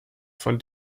von